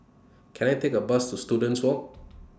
Can I Take A Bus to Students Walk